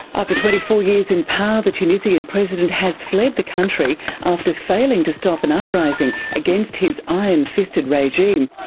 after twenty four years in power the tunisian president has fled the country after failing to stop an uprising against his iron-fisted regime.